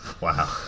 Wow